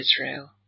Israel